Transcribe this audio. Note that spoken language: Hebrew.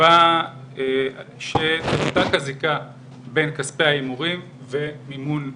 נקבע שתנותק הזיקה בין כספי ההימורים ומימון הספורט.